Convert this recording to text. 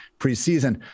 preseason